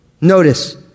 Notice